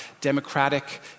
democratic